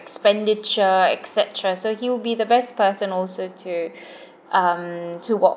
expenditure et cetera so he'll be the best person also to um to walk